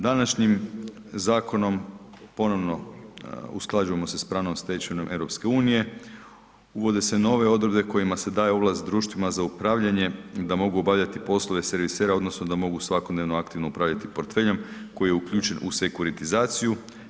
Današnjim zakonom ponovno usklađujemo se sa pravnom stečevinom EU-a, uvode se nove odredbe kojima se daju ovlasti društvima za upravljanje da mogu obavljati poslove servisera odnosno da mogu svakodnevno aktivno upravljati portfeljem koji je uključen u sekuritizaciju.